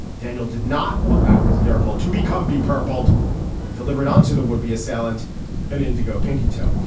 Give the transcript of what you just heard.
daniel did not allow his nagpal to become b part balt and delivered onto the would be assailant an indigo pinky toe.